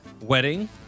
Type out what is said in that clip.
wedding